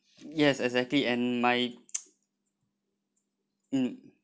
yes exactly and my mm